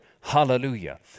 hallelujah